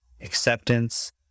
acceptance